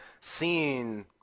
seeing